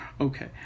Okay